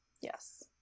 Yes